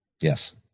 Yes